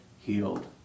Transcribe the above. healed